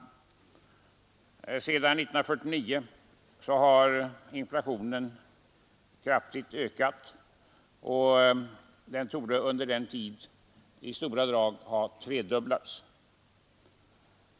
Sedan 1949 har inflationen ökat kraftigt, och den torde under den tiden i stora drag ha tredubblats.